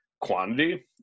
quantity